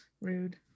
Rude